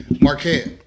Marquette